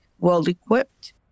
well-equipped